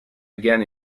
again